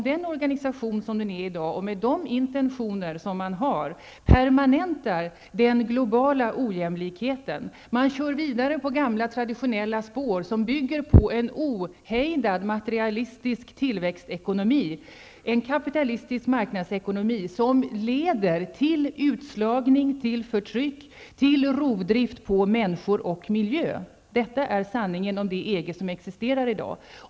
Den organisation som EG är i dag, med de intentioner som man har, permanentar den globala ojämlikheten. Man kör vidare på traditionella spår, som bygger på en ohejdad materialistisk tillväxtekonomi, en kapitalistisk marknadsekonomi, som leder till utslagning, till förtryck, till rovdrift på människor och miljö. Detta är sanningen om det EG som existerar i dag.